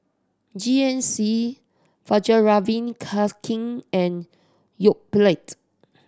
G N C Fjallraven Kanken and Yoplait